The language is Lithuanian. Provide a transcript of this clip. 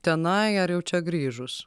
tenai ar jau čia grįžus